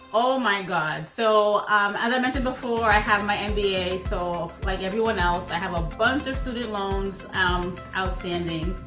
oh my and god. so um as i mentioned before, i have my mba, so like everyone else, i have a bunch of student loans outstanding.